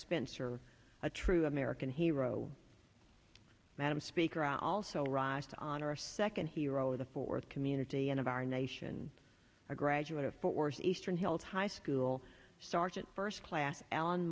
spencer a true american hero madam speaker out also rises on our second hero the fourth community and of our nation a graduate of fort worth a stir held high school started first class alan